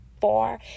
far